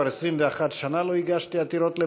כבר 21 שנה לא הגשתי עתירות לבג"ץ,